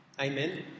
Amen